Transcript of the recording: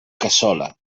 cassola